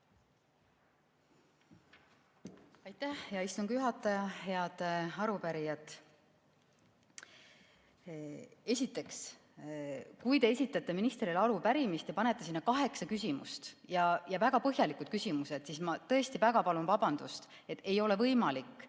Aitäh, hea istungi juhataja! Head arupärijad! Esiteks, kui te esitate ministrile arupärimise ja panete sinna kaheksa küsimust ja väga põhjalikud küsimused, siis ma tõesti väga palun vabandust, et ei ole võimalik